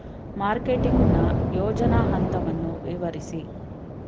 Marketing ನ ಯೋಜನಾ ಹಂತವನ್ನು ವಿವರಿಸಿ?